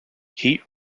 heat